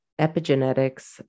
epigenetics